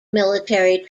military